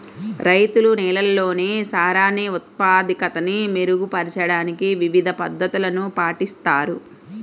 రైతులు నేలల్లోని సారాన్ని ఉత్పాదకతని మెరుగుపరచడానికి వివిధ పద్ధతులను పాటిస్తారు